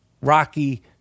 Rocky